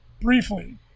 briefly